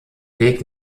weg